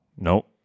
Nope